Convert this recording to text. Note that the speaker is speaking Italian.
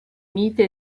mite